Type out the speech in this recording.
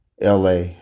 LA